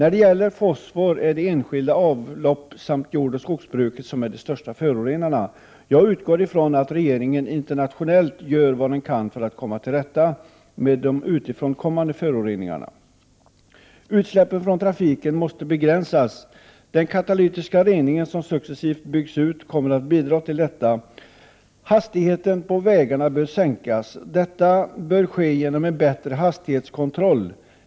I fråga om fosfor är det enskilda avlopp samt jordoch skogsbruket som är de största förorenarna. Jag utgår ifrån att regeringen genom internationell påverkan gör vad den kan för att komma till rätta med de utifrån kommande föroreningarna. Utsläppen från trafiken måste begränsas. Den katalytiska reningen, som successivt byggs ut, kommer att bidra till detta. Hastigheterna på vägarna bör sänkas. Detta bör ske genom en bättre hastighetskontroll.